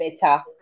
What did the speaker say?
better